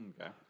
Okay